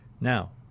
Now